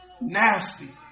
nasty